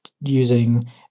using